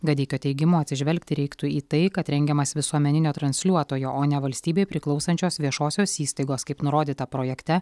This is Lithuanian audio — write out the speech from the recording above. gadeikio teigimu atsižvelgti reiktų į tai kad rengiamas visuomeninio transliuotojo o ne valstybei priklausančios viešosios įstaigos kaip nurodyta projekte